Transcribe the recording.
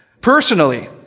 Personally